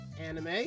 Anime